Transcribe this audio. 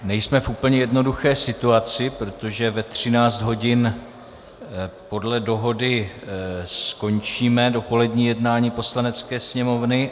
Nejsme v úplně jednoduché situaci, protože ve 13 hodin podle dohody skončíme dopolední jednání Poslanecké sněmovny.